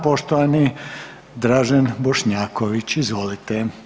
Poštovani Dražen Bošnjaković, izvolite.